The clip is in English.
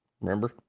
Remember